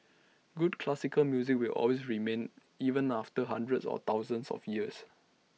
good classical music will always remain even after hundreds or thousands of years